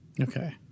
Okay